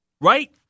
right